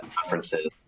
conferences